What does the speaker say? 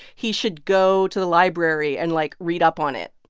he should go to the library and, like, read up on it